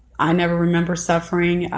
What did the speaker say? i never remember suffering.